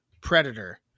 Predator